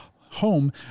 home